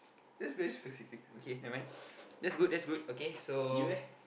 that's very specific okay never mind that's good that's good okay so